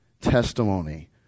testimony